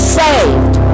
saved